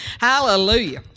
Hallelujah